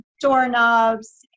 doorknobs